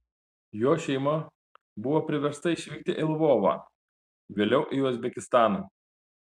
jo šeima buvo priversta išvykti į lvovą vėliau į uzbekistaną